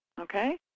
Okay